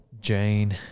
Jane